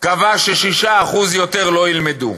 קבע ש-6%, יותר לא ילמדו.